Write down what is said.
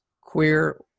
queer